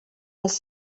les